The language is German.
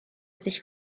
sich